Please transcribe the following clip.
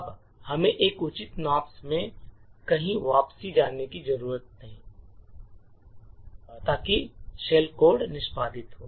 अब हमें एक उचित nops में कहीं वापस जाने की ज़रूरत है ताकि शेल कोड निष्पादित हो